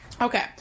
Okay